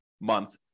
month